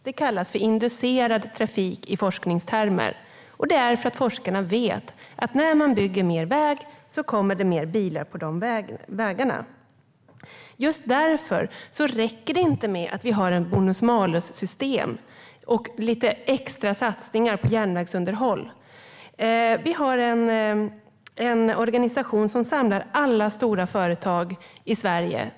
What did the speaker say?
Det kallas för inducerad trafik i forskningstermer, och det är för att forskarna vet att när man bygger mer väg kommer det fler bilar på vägarna. Just därför räcker det inte med att vi har ett bonus-malus-system och lite extra satsningar på järnvägsunderhåll. Vi har en organisation som samlar alla stora företag i Sverige.